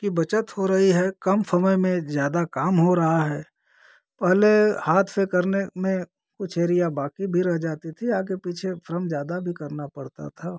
की बचत हो रही है कम समय में ज़्यादा काम हो रहा है पहले हाथ से करने में कुछ एरिया बाकी भी रहे जाती थी आगे पीछे स्रम ज़्यादा भी करना पड़ता था